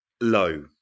low